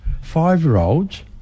five-year-olds